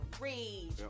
rage